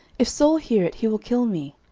if saul hear it, he will kill me.